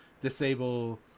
disable